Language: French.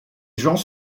gens